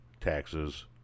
taxes